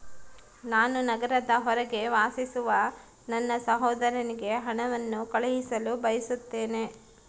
ನಾನು ನಗರದ ಹೊರಗೆ ವಾಸಿಸುವ ನನ್ನ ಸಹೋದರನಿಗೆ ಹಣವನ್ನು ಕಳುಹಿಸಲು ಬಯಸುತ್ತೇನೆ